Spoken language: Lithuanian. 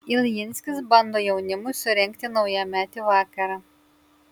iljinskis bando jaunimui surengti naujametį vakarą